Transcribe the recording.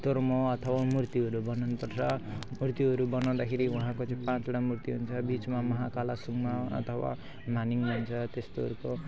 तोर्मा अथवा मूर्तिहरू बनाउनुपर्छ मूर्तिहरू बनाउँदाखेरि उहाँको जो पत्ला मूर्ति हुन्छ बिचमा महाकाला सुनमा अथवा माने पनि भन्छ त्यस्तोहरूको